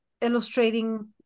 illustrating